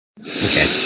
okay